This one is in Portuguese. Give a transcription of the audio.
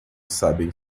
sabem